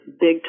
big